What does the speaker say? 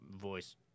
voice